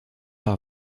par